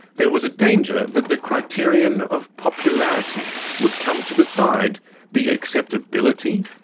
there was a danger that the criterion of popularity would come to decide the acceptability,